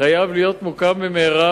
חייב להיות מוקם במהרה,